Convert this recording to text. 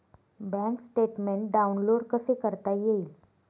Bank statement download कसे करता येईल?